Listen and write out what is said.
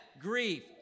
grief